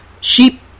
sheep